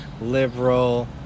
liberal